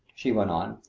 she went on,